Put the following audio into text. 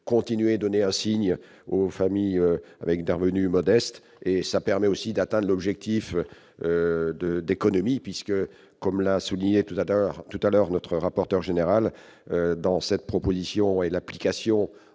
continuer : donner un signe aux familles avec des revenus modestes et ça permet aussi d'atteindre l'objectif de d'économie puisque, comme l'a souligné tout à l'heure, tout à l'heure notre rapporteur général dans cette proposition et l'application